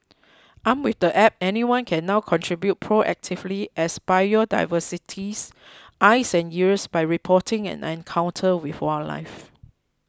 armed with the app anyone can now contribute proactively as biodiversity's eyes and ears by reporting an encounter with wildlife